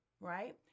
Right